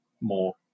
more